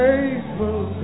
faithful